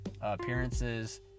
appearances